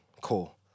Cool